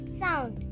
sound